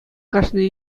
кашни